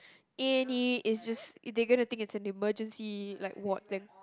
any it's just if they gonna think it's an emergency like what and